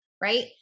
right